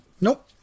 Nope